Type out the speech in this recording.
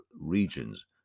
regions